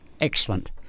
Excellent